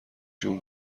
جون